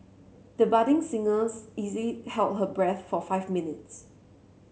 the budding singers easily held her breath for five minutes